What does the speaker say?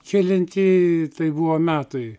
kelinti tai buvo metai